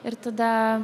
ir tada